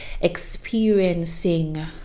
experiencing